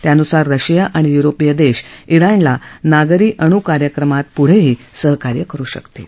त्यानुसार रशिया आणि युरोपीय देश जिणला नागरी अणु कार्यक्रमात पुढेही सहकार्य करू शकतील